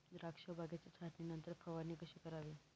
द्राक्ष बागेच्या छाटणीनंतर फवारणी कशी करावी?